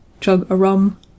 chug-a-rum